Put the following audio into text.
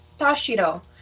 Tashiro